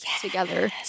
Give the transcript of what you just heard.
together